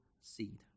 seed